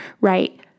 right